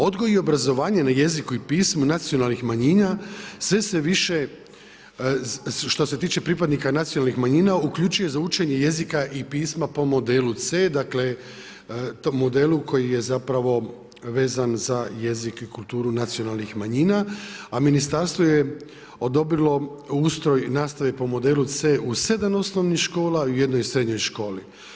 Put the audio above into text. Odgoj i obrazovanje na jeziku i pismu nacionalnih manjina, sve se više, što se tiče pripadnika nacionalnih manjina, uključuje za učenje jezika i pisma po modelu C, dakle, modelu koji je zapravo vezan za jezik i kulturu nacionalnih manjina, a Ministarstvo je odobrilo ustroj nastave po modelu C u 7 osnovnih škola i jednoj srednjoj školi.